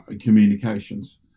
communications